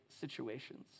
situations